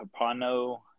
Capano